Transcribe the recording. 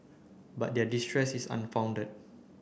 but their distress is unfounded